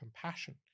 compassion